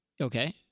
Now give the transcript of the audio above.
Okay